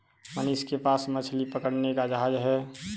मनीष के पास मछली पकड़ने का जहाज है